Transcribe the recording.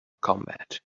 combat